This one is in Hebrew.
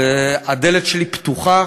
והדלת שלי פתוחה.